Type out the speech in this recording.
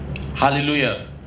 hallelujah